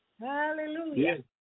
Hallelujah